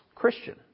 Christian